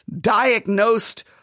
diagnosed